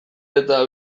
eta